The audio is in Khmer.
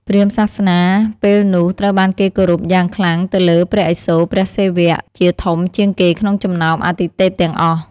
ព្រាហ្មណ៍សាសនាពែលនោះត្រូវបានគេគោរពយ៉ាងខ្លាំងទៅលើ ព្រះឥសូរ (ព្រះសិវៈ) ជាធំជាងគេក្នុងចំណោមអាទិទេពទាំងអស់។